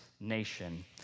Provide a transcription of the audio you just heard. nation